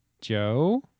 joe